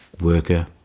worker